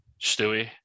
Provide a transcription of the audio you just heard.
Stewie